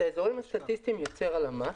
את האזורים הסטטיסטיים יוצר הלמ"ס.